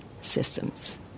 systems